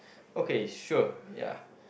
okay sure ya